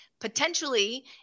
potentially